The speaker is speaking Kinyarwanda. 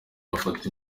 bafata